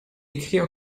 écrits